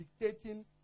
dictating